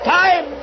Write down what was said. time